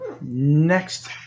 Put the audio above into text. next